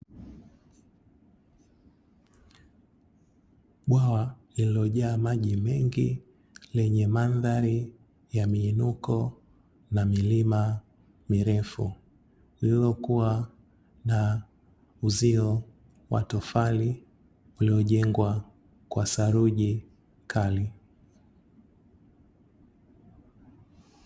Bwawa lililojaa maji mengi lenye mandhari ya miinuko na milima mirefu, lililokua na uzio wa tofali uliojengwa kwa saruji kali.